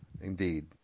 Indeed